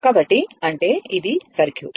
కాబట్టి అంటే ఇది సర్క్యూట్